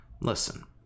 Listen